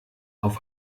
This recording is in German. auf